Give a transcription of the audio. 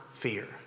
Fear